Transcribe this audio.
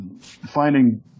finding